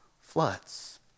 floods